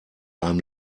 einem